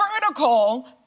vertical